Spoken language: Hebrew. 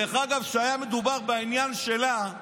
ואגב, כשהיה מדובר בעניין שלה,